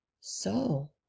So